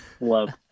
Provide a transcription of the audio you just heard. love